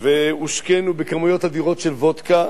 והושקינו בכמויות אדירות של וודקה,